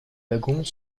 wagons